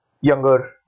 younger